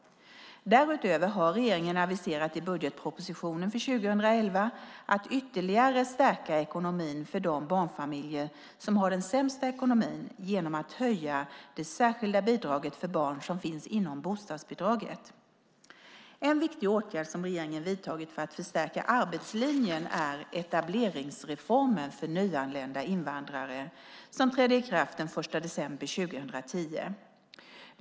Därutöver har regeringen aviserat i budgetpropositionen för 2011 att ytterligare stärka ekonomin för de barnfamiljer som har den sämsta ekonomin genom att höja det särskilda bidraget för barn som finns inom bostadsbidraget. En viktig åtgärd som regeringen vidtagit för att förstärka arbetslinjen är etableringsreformen för nyanlända invandrare som trädde i kraft den 1 december 2010.